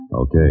Okay